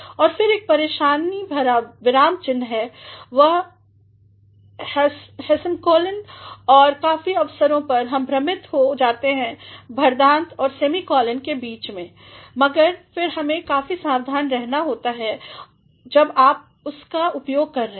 और फिर एक परेशानी भरा विराम जिह्न है वह हैसेमीकोलन और काफी अवसरों पर हम भ्रमित हो जाते हैं भरदांतर और सेमीकोलन के बीच में मगर फिर हमें काफी सावधान रहना है जब आप उसका उपयोग कर रहे हैं